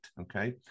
okay